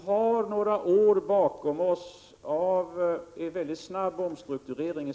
Herr talman!